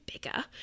bigger